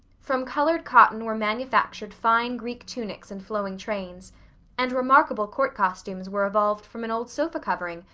from colored cotton were manufactured fine greek tunics and flowing trains and remarkable court costumes were evolved from an old sofa-covering,